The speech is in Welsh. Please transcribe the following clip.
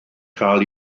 cael